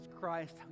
Christ